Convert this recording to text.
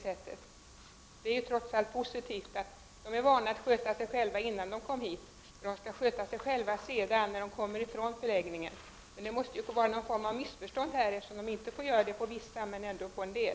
Flyktingarna har varit vana vid att sköta sig själva när de kommit till Sverige, och de skall sköta sig själva när de lämnar förläggningen. Men det måste föreligga något missförstånd, när flyktingarna får sköta sig själva på vissa förläggningar men inte på andra.